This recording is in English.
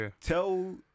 tell